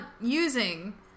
using